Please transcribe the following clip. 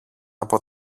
από